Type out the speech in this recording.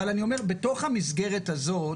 אני אומר, בתוך המסגרת הזאת